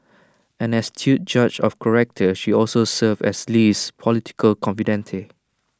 an astute judge of character she also served as Lee's political confidante